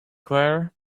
claire